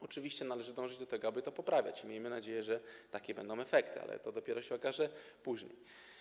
Oczywiście należy dążyć do tego, aby to poprawiać, i miejmy nadzieję, że takie będą efekty, ale to dopiero się okaże później.